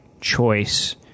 choice